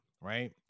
right